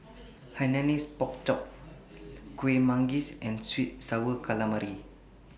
Hainanese Pork Chop Kueh Manggis and Sweet and Sour Calamari